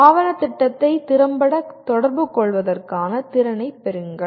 ஆவணத் திட்டத்தை திறம்பட தொடர்புகொள்வதற்கான திறனைப் பெறுங்கள்